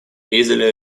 easily